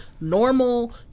normal